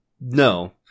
No